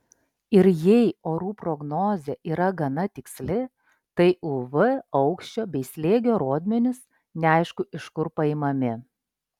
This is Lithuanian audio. ir jei orų prognozė yra gana tiksli tai uv aukščio bei slėgio rodmenys neaišku iš kur paimami